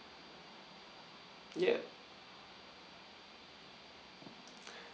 ya